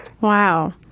Wow